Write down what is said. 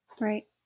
Right